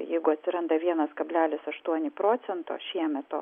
jeigu atsiranda vienas kablelis aštuoni procento šiemet o